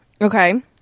okay